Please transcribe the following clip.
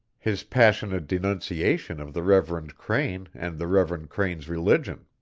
his passionate denunciation of the reverend crane and the reverend crane's religion.